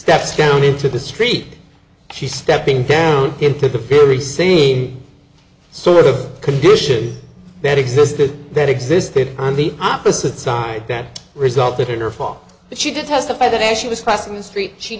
steps down into the street she's stepping down into the very same sort of condition that existed that existed on the opposite side that resulted in her fall but she did testify that as she was crossing the street she